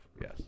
Yes